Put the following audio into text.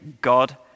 God